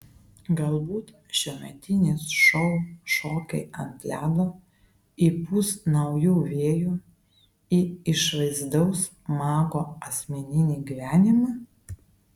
galbūt šiemetinis šou šokiai ant ledo įpūs naujų vėjų į išvaizdaus mago asmeninį gyvenimą